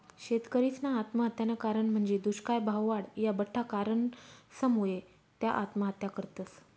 शेतकरीसना आत्महत्यानं कारण म्हंजी दुष्काय, भाववाढ, या बठ्ठा कारणसमुये त्या आत्महत्या करतस